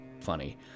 funny